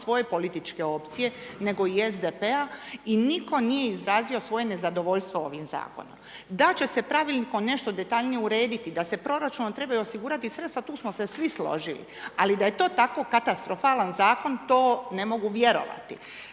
svoje političke opcije nego i SDP-a. I nitko nije izrazio svoj nezadovoljstvo ovim zakonom. Da će se pravilnikom nešto detaljnije urediti da se proračunom trebaju osigurati sredstva, tu smo se svi složili. Ali da je to tako katastrofalan zakon to ne mogu vjerovati.